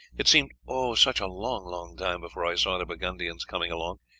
it seemed, oh, such a long, long time before i saw the burgundians coming along,